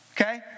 okay